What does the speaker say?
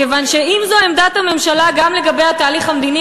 מכיוון שאם זו עמדת הממשלה גם לגבי התהליך המדיני